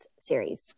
series